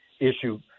issue